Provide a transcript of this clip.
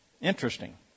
Interesting